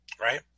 right